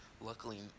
Luckily